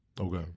Okay